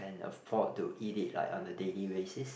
and afford to eat it right on a daily basis